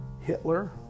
Hitler